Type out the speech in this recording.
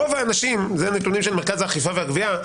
זה הנתונים של מרכז האכיפה והגבייה.